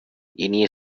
இனிய